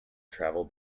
travel